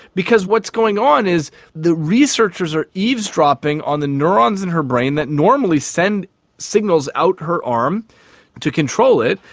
because what's going on is the researchers are eavesdropping on the neurons in her brain that normally send signals out her arm to control it,